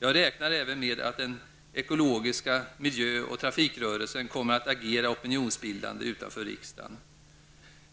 Jag räknar även med att den ekologiska miljö och trafikrörelsen kommer att agera opinionsbildande utanför riksdagen.